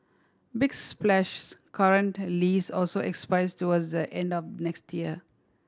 big Splash's current lease also expires towards the end of next year